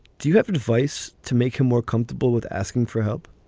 do you have advice to make him more comfortable with asking for help?